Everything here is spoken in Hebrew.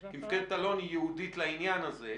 כי מפקדת אלון היא ייעודית לעניין הזה,